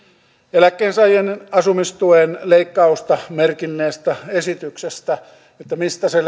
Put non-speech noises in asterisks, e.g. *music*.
eläkkeensaajien asumistuen leikkausta merkinneestä esityksestä mistä se *unintelligible*